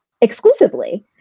exclusively